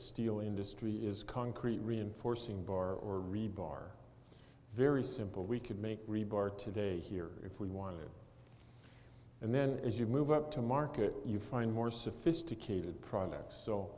steel industry is concrete reinforcing bar or rebar very simple we can make rebar today here if we want it and then as you move up to market you find more sophisticated products so